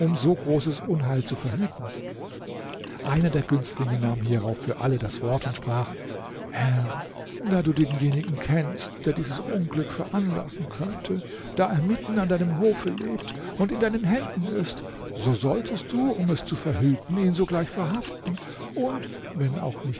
so großes unheil zu verhüten einer der günstlinge nahm hierauf für alle das wort und sprach herr da du denjenigen kennst der dieses unglück veranlassen könnte da er mitten an deinem hofe lebt und in deinen händen ist so solltest du um es zu verhüten ihn sogleich verhaften und wenn auch